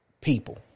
People